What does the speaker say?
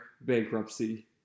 bankruptcy